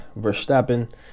Verstappen